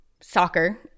soccer